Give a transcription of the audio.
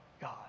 God